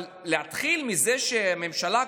אבל להתחיל מזה שהממשלה,